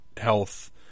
health